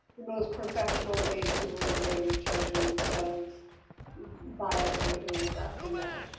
most professional way to eliminate any charges of bias or anything like that from the